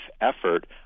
effort